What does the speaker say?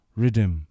rhythm